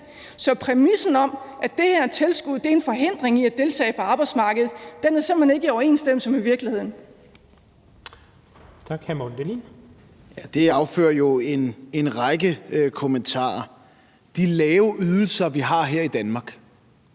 Så præmissen om, at det her tilskud er en forhindring for at deltage på arbejdsmarkedet, er simpelt hen ikke i overensstemmelse med virkeligheden.